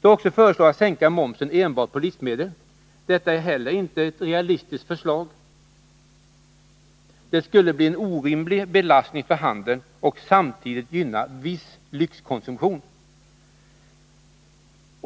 Det har också föreslagits att man skulle sänka momsen enbart på livsmedel. Detta är inte heller ett realistiskt förslag. Det skulle bli en orimlig belastning på handeln och samtidigt gynna viss lyxkonsumtion.